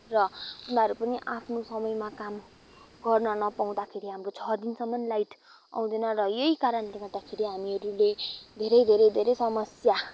र उनीरू पनि आफ्नो समयमा काम गर्न नपाउँदाखेरि हाम्रो छ दिनसम्म लाइट आउँदैन र यही कारणले गर्दाखेरि हामीहरूले धेरै धेरै धेरै समस्या